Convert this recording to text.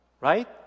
right